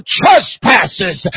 trespasses